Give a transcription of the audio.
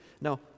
Now